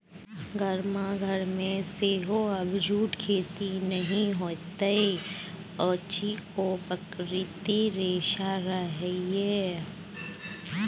गाम घरमे सेहो आब जूटक खेती नहि होइत अछि ओ प्राकृतिक रेशा रहय